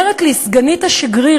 אומרת לי סגנית השגריר